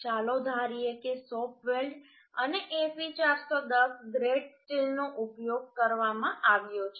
ચાલો ધારીએ કે શોપ વેલ્ડ અને Fe410 ગ્રેડ સ્ટીલનો ઉપયોગ કરવામાં આવ્યો છે